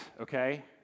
okay